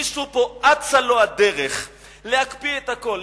מישהו פה אצה לו הדרך להקפיא את הכול.